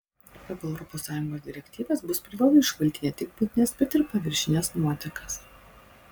pagal europos sąjungos direktyvas bus privalu išvalyti ne tik buitines bet ir paviršines nuotekas